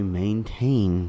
maintain